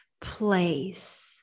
place